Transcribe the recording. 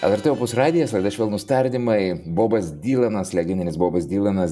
lrt opus radijas laida švelnūs tardymai bobas dylanas legendinis bobas dylanas